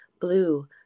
blue